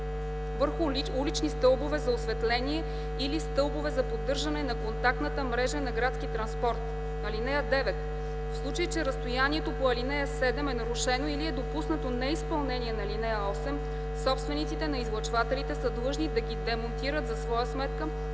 върху улични стълбове за осветление или стълбове за поддържане на контактната мрежа на градски транспорт. (9) В случай че разстоянието по ал. 7 е нарушено или е допуснато неизпълнение на ал. 8, собствениците на излъчвателите са длъжни да ги демонтират за своя сметка